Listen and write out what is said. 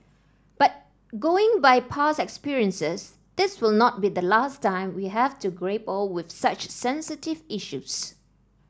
but going by past experiences this will not be the last time we have to grapple with such sensitive issues